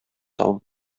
табып